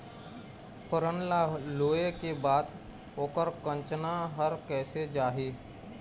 फोरन ला लुए के बाद ओकर कंनचा हर कैसे जाही?